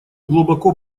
глубоко